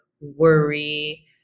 worry